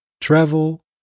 travel